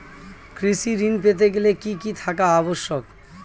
কৃষি ঋণ পেতে গেলে কি কি থাকা আবশ্যক?